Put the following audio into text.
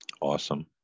awesome